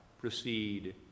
proceed